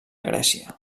grècia